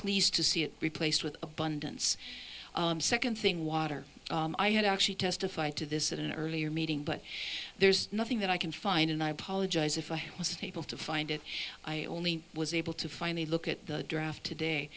pleased to see it replaced with abundance second thing water i had actually testified to this at an earlier meeting but there's nothing that i can find and i apologize if i was unable to find it i only was able to find a look at the draft today